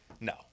No